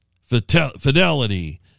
Fidelity